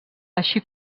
així